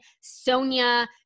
Sonia